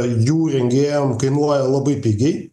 jų rengėjam kainuoja labai pigiai